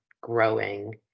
growing